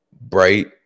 bright